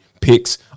Picks